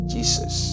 Jesus